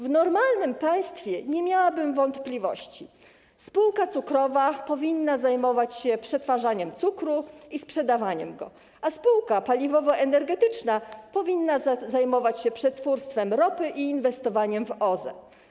W normalnym państwie nie miałabym wątpliwości: spółka cukrowa powinna zajmować się przetwarzaniem cukru i sprzedawaniem go, a spółka paliwowo-energetyczna powinna zajmować się przetwórstwem ropy i inwestowaniem w OZE.